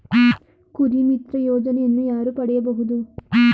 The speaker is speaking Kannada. ಕುರಿಮಿತ್ರ ಯೋಜನೆಯನ್ನು ಯಾರು ಪಡೆಯಬಹುದು?